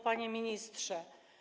Panie Ministrze!